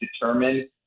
determine